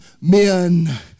men